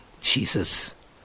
Jesus